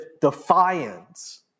defiance